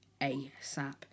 ASAP